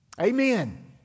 Amen